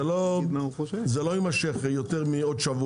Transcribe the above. זה לא יימשך יותר משבועיים.